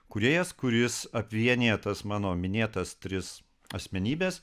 kūrėjas kuris apvienija tas mano minėtas tris asmenybes